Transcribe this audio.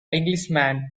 englishman